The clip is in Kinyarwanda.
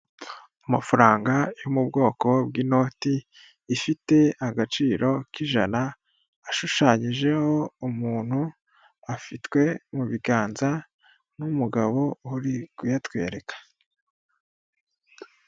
Amafaranga yo mu bwoko bw'inoti ifite agaciro k'ijana ashushanyijeho, umuntu afitwe mu biganza n'umugabo uri kuyatwereka.